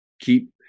Keep